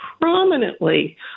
prominently